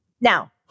Now